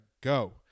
go